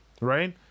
Right